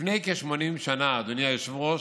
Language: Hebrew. לפני כ-80 שנה, אדוני היושב-ראש,